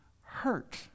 hurt